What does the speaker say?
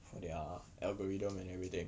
for their algorithm and everything